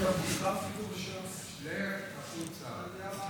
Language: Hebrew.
תכף יעלה גלעד קריב, וזה יהיה שלם.